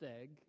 egg